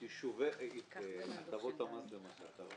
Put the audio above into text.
את הטבות המס ליישובים, למשל.